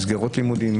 במסגרות לימודיות,